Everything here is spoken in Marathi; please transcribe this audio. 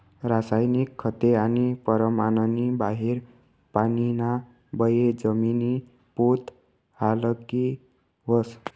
रासायनिक खते आणि परमाननी बाहेर पानीना बये जमिनी पोत हालकी व्हस